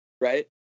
Right